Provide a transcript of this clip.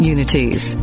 Unity's